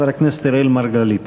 חבר הכנסת אראל מרגלית.